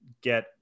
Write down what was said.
get